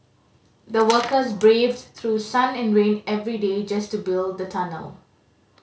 the workers braved through sun and rain every day just to build the tunnel